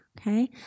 okay